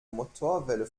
motorwelle